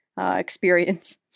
experience